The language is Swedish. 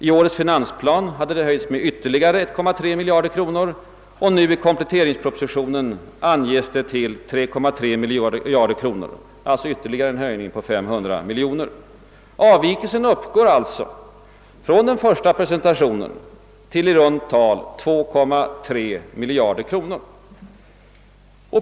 I årets finansplan har det höjts med ytterligare 1,3 miljard kronor och nu anges det i kompletteringspropositionen till 3,3 miljarder kronor, vilket alltså innebär en ytterligare höjning med 500 miljoner kronor. Avvikelsen uppgår alltså från den första presentationen till i runt tal 2,3 miljarder kronor.